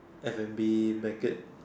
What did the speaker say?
F&B banquets